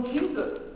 Jesus